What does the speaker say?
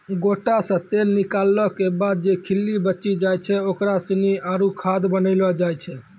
गोटा से तेल निकालो के बाद जे खल्ली बची जाय छै ओकरा सानी आरु खाद बनैलो जाय छै